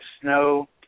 snow